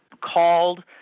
called